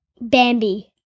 Bambi